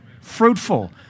Fruitful